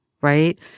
right